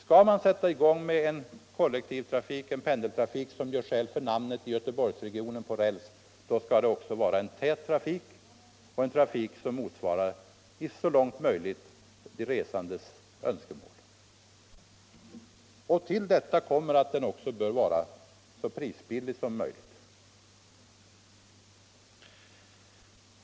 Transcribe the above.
Skall man sätta i gång med en kollektiv pendeltrafik på räls i Göteborgsregionen som gör skäl för namnet, skall det också vara en tättrafik, som så långt möjligt motsvarar de resandes önskemål. Till detta kommer att den också bör vara så prisbillig som möjligt.